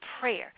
prayer